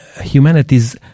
humanity's